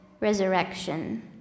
resurrection